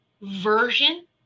version